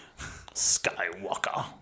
Skywalker